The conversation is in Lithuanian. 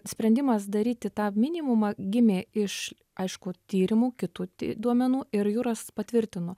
sprendimas daryti tą minimumą gimė iš aišku tyrimų kitų ti duomenų ir juras patvirtino